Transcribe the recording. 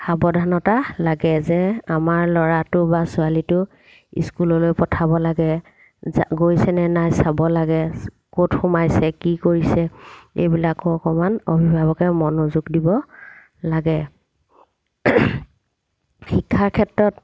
সাৱধানতা লাগে যে আমাৰ ল'ৰাটো বা ছোৱালীটো স্কুললৈ পঠাব লাগে যা গৈছেনে নাই চাব লাগে ক'ত সোমাইছে কি কৰিছে এইবিলাকো অকণমান অভিভাৱকে মনোযোগ দিব লাগে শিক্ষাৰ ক্ষেত্ৰত